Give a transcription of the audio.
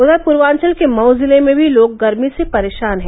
उधर पूर्वांचल के मऊ जिले में भी लोग गर्मी से परेषान हैं